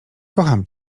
kocham